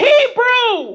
Hebrew